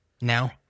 now